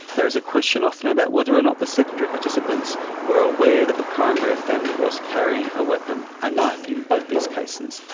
there is a question often about whether or not the secondary participants were ah aware that the primary offender was carrying a weapon, a knife in both these cases.